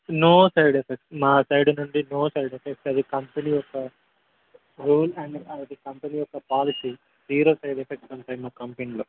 no side effects మా side నుండి no side effects అది కంపెనీ యొక్క రూల్ అండ్ అది కంపెని యొక్క పాలిసీ జీరో సైడ్ ఎఫెక్ట్స్ ఉంటాయి మా కంపెనీలో